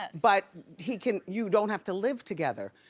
but he can, you don't have to live together.